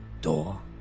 door